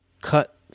cut